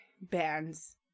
bands